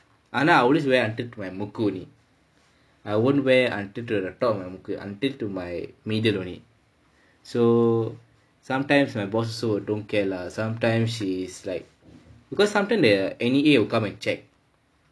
ஆனா:aanaa I always wear until to my மூக்கு:mookku I won't wear until to the top of my மூக்கு:mookku until to my middle only so sometimes my boss also don't care lah sometime she is like because sometime the N_E_A will come and check